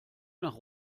nach